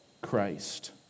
Christ